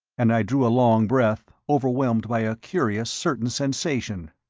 and i drew a long breath, overwhelmed by a curious, certain sensation.